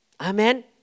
Amen